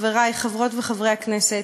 חברי חברות וחברי הכנסת,